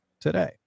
today